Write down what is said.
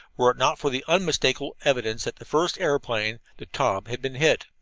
were it not for the unmistakable evidence that the first aeroplane, the taube, had been hit.